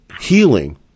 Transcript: healing